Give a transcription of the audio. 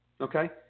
Okay